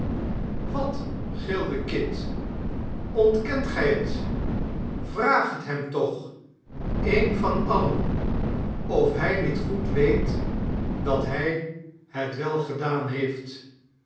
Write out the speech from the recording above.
wat gilde kit ontkent gy het vraag het hem toch een van alien of hij niet goed weet dat hij het wel gedaan heeft